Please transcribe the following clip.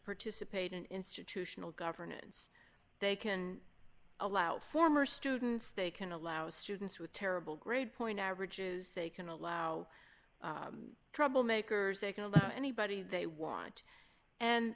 participate in institutional governance they can allow former students they can allow students with terrible grade point averages they can allow troublemakers they can anybody they want